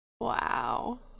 Wow